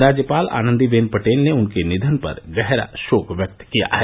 राज्यपाल आनंदीबेन पटेल ने उनके निधन पर गहरा शोक व्यक्त किया है